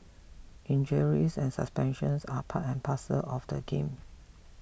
injuries and suspensions are part and parcel of the game